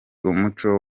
umuco